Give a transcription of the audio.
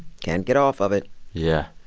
can't get off of it yeah,